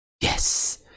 Yes